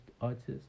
artists